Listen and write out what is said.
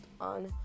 on